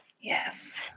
Yes